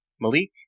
Malik